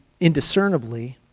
indiscernibly